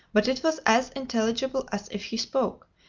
but it was as intelligible as if he spoke,